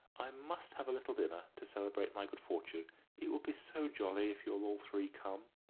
i must have a little dinner, to celebrate my good fortune it will be so jolly if you'll all three come.